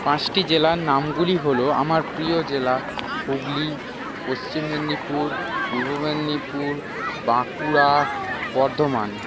পাঁচটি জেলার নামগুলি হল আমার প্রিয় জেলা হুগলি পশ্চিম মেদিনীপুর পূর্ব মেদিনীপুর বাঁকুড়া বর্ধমান